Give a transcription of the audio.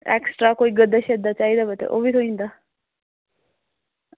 extra कोई गद्दा चाहिदा होऐ ओह्बी थ्होई जंदा